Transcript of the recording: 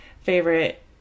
favorite